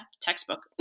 textbook